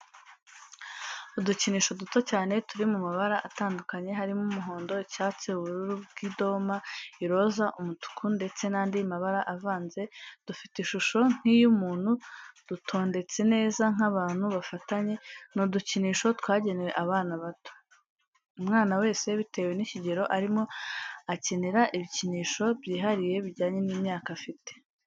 Udukinisho duto cyane turi mu mabara atandukanye harimo umuhondo, icyatsi, ubururu bw'idoma, iroza, umutuku ndetse n'andi mabara avanze, dufite ishusho nk'iy'umuntu dutondetse neza nk'abantu bafatanye, ni udukinisho twagenewe abana bato. Umwana wese bitewe n'ikigero arimo akenera ibikinsho byihariye bijyanye n'imyaka afite.